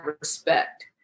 respect